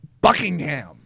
Buckingham